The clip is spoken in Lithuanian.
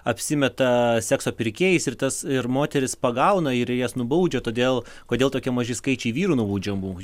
apsimeta sekso pirkėjais ir tas ir moteris pagauna ir jas nubaudžia todėl kodėl tokie maži skaičiai vyrų nubaudžiamų